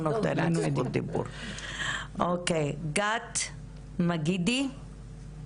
והגיע בסוף עם מדריך מאוד יוצא דופן של ארגון הבריאות העולמי בנושא הזה.